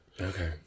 Okay